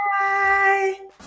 Bye